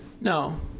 no